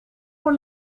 por